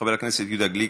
חבר הכנסת יהודה גליק,